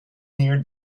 near